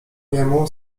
jemu